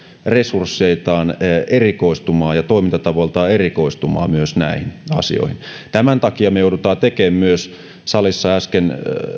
resursseiltaan erikoistumaan ja toimintatavoiltaan erikoistumaan myös näihin asioihin tämän takia me joudumme tekemään salissa äsken